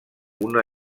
una